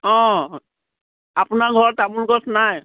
অঁ আপোনাৰ ঘৰত তামোল গছ নাই